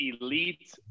elite